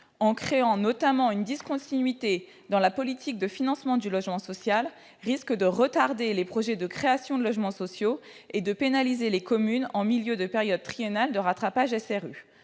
en créant notamment une discontinuité dans la politique de financement du logement social, risque de retarder les projets de création de logements sociaux et de pénaliser les communes en milieu de période triennale de rattrapage SRU.